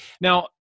now